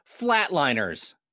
Flatliners